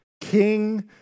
King